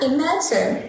Imagine